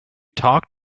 talk